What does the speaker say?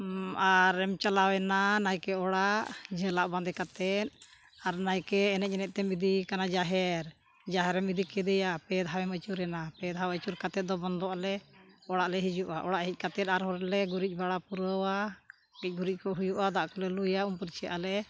ᱟᱨᱮᱢ ᱪᱟᱞᱟᱣ ᱮᱱᱟ ᱱᱟᱭᱠᱮ ᱚᱲᱟᱜ ᱡᱷᱟᱹᱞᱟᱜ ᱵᱟᱸᱫᱮ ᱠᱟᱛᱮᱫ ᱟᱨ ᱱᱟᱭᱠᱮ ᱮᱱᱮᱡᱼᱮᱱᱮᱡ ᱛᱮᱢ ᱤᱫᱤᱭᱮ ᱠᱟᱱᱟ ᱡᱟᱦᱮᱨ ᱡᱟᱦᱮᱨᱮᱢ ᱤᱫᱤ ᱠᱮᱫᱮᱭᱟ ᱯᱮ ᱫᱷᱟᱣᱮᱢ ᱟᱹᱪᱩᱨ ᱮᱱᱟ ᱯᱮ ᱫᱷᱟᱣ ᱟᱹᱪᱩᱨ ᱠᱟᱛᱮᱫ ᱫᱚ ᱵᱚᱱᱫᱚᱜ ᱟᱞᱮ ᱚᱲᱟᱜ ᱞᱮ ᱦᱤᱡᱩᱜᱼᱟ ᱚᱲᱟᱜ ᱦᱮᱡ ᱠᱟᱛᱮᱫ ᱟᱨᱦᱚᱸ ᱞᱮ ᱜᱩᱨᱤᱡ ᱵᱟᱲᱟ ᱯᱩᱨᱟᱹᱣᱟ ᱜᱮᱡᱼᱜᱩᱨᱤᱡ ᱠᱚ ᱦᱩᱭᱩᱜᱼᱟ ᱫᱟᱜ ᱠᱚᱞᱮ ᱞᱩᱭᱟ ᱩᱢ ᱯᱷᱟᱨᱪᱷᱟᱜ ᱟᱞᱮ